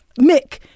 Mick